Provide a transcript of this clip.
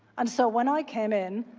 um so when i came in,